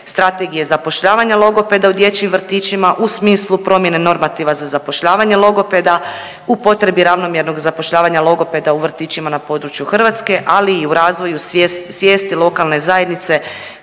strategije zapošljavanja logopeda u dječjim vrtićima u smislu promjene normativa za zapošljavanje logopeda, u potrebi ravnomjernog zapošljavanja logopeda u vrtićima na području Hrvatske, ali i u razvoju svijesti lokalne zajednice